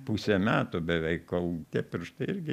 pusę metų beveik kol tie pirštai irgi